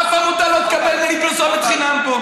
אף עמותה לא תקבל ממני פרסומת חינם פה.